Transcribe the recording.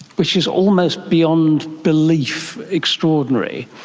which is almost beyond belief. extraordinary!